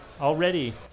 Already